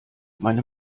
meine